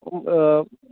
अ